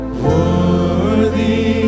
worthy